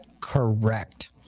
Correct